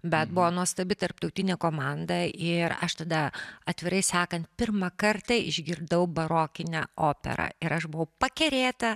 bet buvo nuostabi tarptautinė komanda ir aš tada atvirai sakant pirmą kartą išgirdau barokinę operą ir aš buvau pakerėta